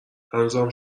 هنوزم